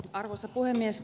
arvoisa puhemies